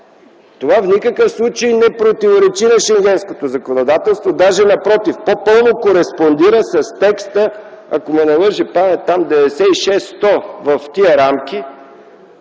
Това в никакъв случай не противоречи на Шенгенското законодателство - даже напротив, по-пълно кореспондира с текста, ако не ме лъже паметта, 96-100, в тези рамки,